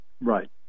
Right